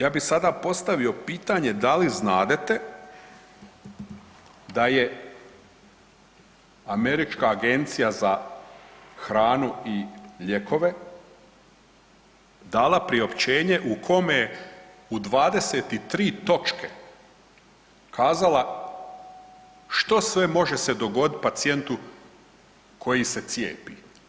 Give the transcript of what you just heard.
Ja bih sada postavio pitanje, da li znadete da je američka Agencija za hranu i lijekove dala priopćenje u kome u 23 točke kazala što sve može se dogoditi pacijentu koji se cijepi?